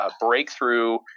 breakthrough